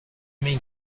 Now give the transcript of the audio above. mean